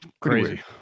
Crazy